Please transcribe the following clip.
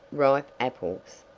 ripe apples.